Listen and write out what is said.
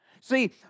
See